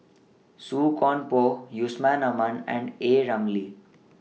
Song Koon Poh Yusman Aman and A Ramli